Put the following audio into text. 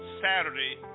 Saturday